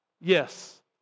Yes